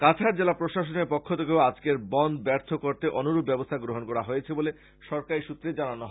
কাছাড় জেলা প্রশাসনের পক্ষ থেকেও আজকের বনধ ব্যর্থ করতে অনুরূপ ব্যবস্থা গ্রহণ করা হয়েছে বলে সরকারী সূত্রে জানানো হয়